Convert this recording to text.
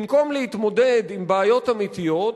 במקום להתמודד עם בעיות אמיתיות,